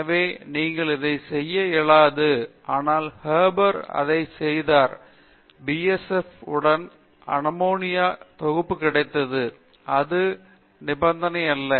எனவே நீங்கள் இதைச் செய்ய இயலாது ஆனால் ஹபர் அதைச் செய்தார் மேலும் பி ஸ் ப் உடன் அம்மோனியா தொகுப்பு கிடைத்தது அது நிபந்தனையல்ல